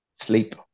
Sleep